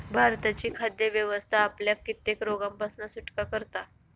भारताची खाद्य व्यवस्था आपल्याक कित्येक रोगांपासना सुटका करता